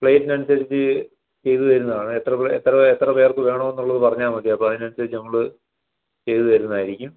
പ്ലേറ്റിനനുസരിച്ച് ചെയ്തു തരുന്നതാണ് എത്ര പ്ലെ എത്ര എത്ര എത്ര പേർക്ക് വേണമെന്നുള്ളത് പറഞ്ഞാൽ മതി അപ്പോൾ അതിനനുസരിച്ച് നമ്മൾ ചെയ്തു തരുന്നതായിരിക്കും